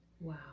Wow